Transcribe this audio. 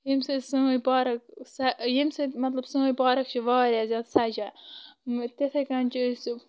ییٚمۍ سۭتۍ سٲنۍ پارک ییٚمۍ سۭتۍ مطلب سٲنۍ پارک چھِ واریاہ زیادٕ سَجیہ تِتھَے کٔنۍ چھِ أسۍ